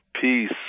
peace